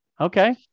Okay